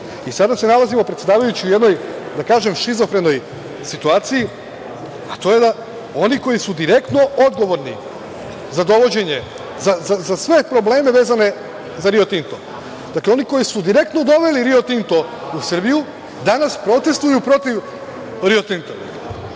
Srbiji. Sada se nalazimo, predsedavajući, u jednoj da kažem šizofrenoj situaciji, a to je da oni koji su direktno odgovorni za dovođenje, za sve probleme vezane za „Rio Tinto“. Dakle, oni koji su direktno doveli „Rio Tinto“ u Srbiju danas protestvuju protiv „Rio Tinta“.